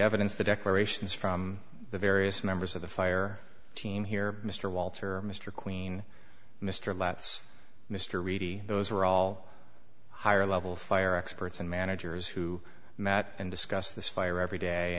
evidence the decorations from the various members of the fire team here mr walter mr queen mr last mr reedy those are all higher level fire experts and managers who met and discuss this fire every day